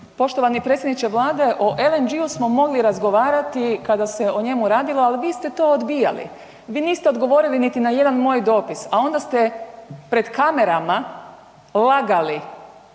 Poštovani predsjedniče Vlade o LNG-u smo mogli razgovarati kada se o njemu radilo, ali vi ste to odbijali, vi niste odgovorili niti na jedan moj dopis, a onda ste pred kamerama lagali